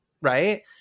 Right